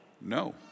No